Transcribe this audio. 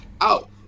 out